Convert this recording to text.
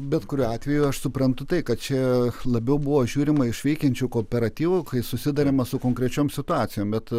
bet kuriuo atveju aš suprantu tai kad čia labiau buvo žiūrima iš veikiančių kooperatyvų kai susiduriama su konkrečioms situacijom bet